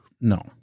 No